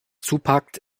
zupackt